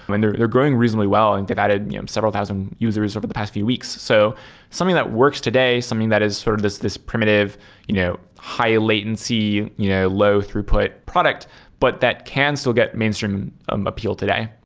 they're they're growing reasonably well and they've added several thousand users over the past few weeks. so something that works today, something that is sort of this this primitive you know high-latency you know low-throughput product but that can still get mainstream um appeal today.